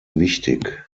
wichtig